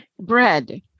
Bread